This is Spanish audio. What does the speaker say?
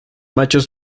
machos